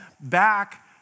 back